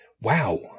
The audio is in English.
wow